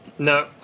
No